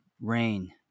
rain